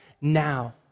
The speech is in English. Now